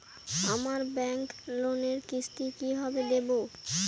আমার ব্যাংক লোনের কিস্তি কি কিভাবে দেবো?